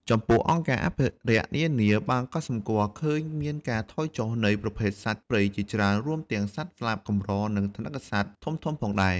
ចំពោះ អង្គការអភិរក្សនានាបានកត់សម្គាល់ឃើញមានការថយចុះនៃប្រភេទសត្វព្រៃជាច្រើន រួមទាំងសត្វស្លាបកម្រ និងថនិកសត្វធំៗផងដែរ។